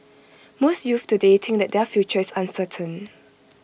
most youths today think that their future is uncertain